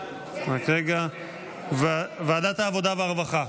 העבודה והרווחה.